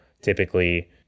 typically